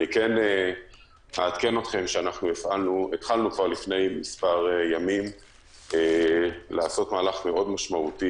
אעדכן אתכם שלפני מספר ימים התחלנו לעשות מהלך מאוד משמעותי